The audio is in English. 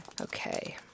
Okay